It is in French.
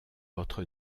votre